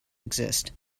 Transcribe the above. exist